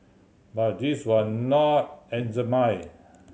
but this was not eczema